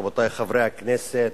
רבותי חברי הכנסת,